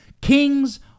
Kings